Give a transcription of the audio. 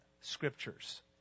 scriptures